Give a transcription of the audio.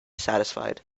satisfied